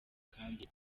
kandi